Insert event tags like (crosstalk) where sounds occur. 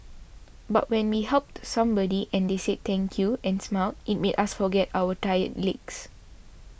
but when we helped somebody and they said thank you and smiled it made us forget our tired (noise) legs